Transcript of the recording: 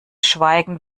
schweigen